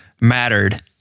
mattered